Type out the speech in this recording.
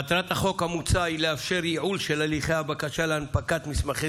מטרת החוק המוצע היא לאפשר ייעול של הליכי הבקשה להנפקת מסמכי